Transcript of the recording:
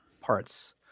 parts